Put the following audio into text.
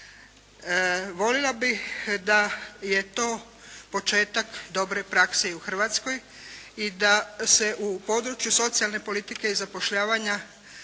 Voljela bih da je to početak dobre prakse i u Hrvatskoj i da se u području socijalne politike i zapošljavanja